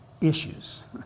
issues